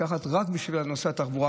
רק בשביל נושא התחבורה.